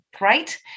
right